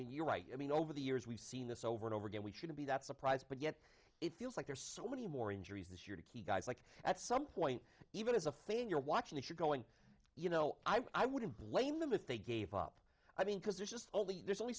mean you're right i mean over the years we've seen this over and over again we shouldn't be that surprised but yet it feels like there's so many more injuries this year to keep guys like at some point even as a fan you're watching if you're going you know i wouldn't blame them if they gave up i mean because there's just only there's only